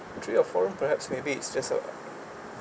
three or room perhaps maybe it's just a